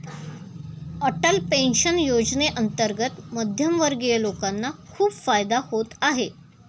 Atal pension योजनेअंतर्गत मध्यमवर्गीय लोकांना खूप फायदा होत आहे